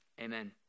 Amen